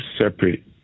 separate